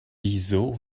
wieso